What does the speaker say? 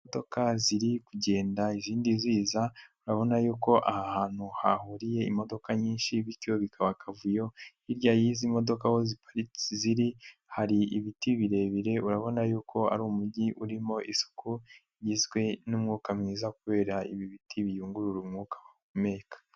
Imodoka ziri kugenda izindi ziza urabona yuko aha hantu hahuriye imodoka nyinshi bityo bikaba akavuyo, hirya y'izi modoka aho ziparitse ziri hari ibiti birebire urabona yuko ari umujyi urimo isuku igizwe n'umwuka mwiza kubera ibi biti biyungurura umwuka duhumeka.